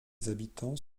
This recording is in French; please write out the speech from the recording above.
habitants